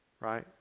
right